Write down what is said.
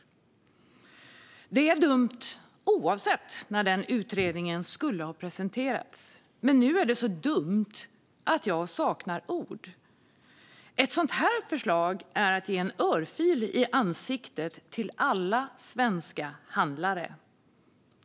Det hade varit dumt oavsett när utredningen presenterades, men nu är det så dumt att jag saknar ord. Ett sådant här förslag är att ge alla svenska handlare en örfil.